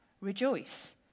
rejoice